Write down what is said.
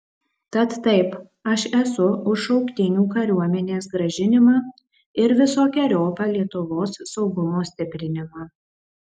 tad taip aš esu už šauktinių kariuomenės grąžinimą ir visokeriopą lietuvos saugumo stiprinimą